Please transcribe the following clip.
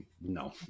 no